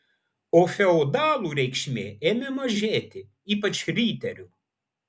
o feodalų reikšmė ėmė mažėti ypač riterių